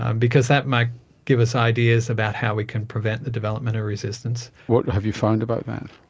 um because that might give us ideas about how we can prevent the development of resistance. what have you found about that?